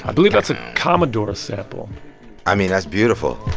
believe that's a commodores sample i mean, that's beautiful.